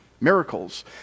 miracles